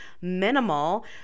minimal